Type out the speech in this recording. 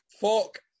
Fuck